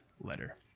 letter